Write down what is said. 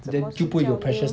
怎么叫 new